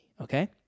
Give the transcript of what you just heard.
Okay